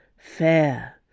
Fair